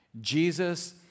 Jesus